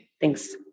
Thanks